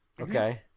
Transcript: Okay